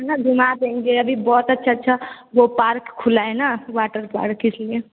मतलब घुमा देंगे अभी बहुत अच्छा अच्छा वह पार्क खुला है ना वाटर पार्क इसलिए